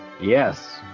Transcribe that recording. yes